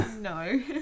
No